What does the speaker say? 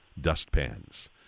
dustpans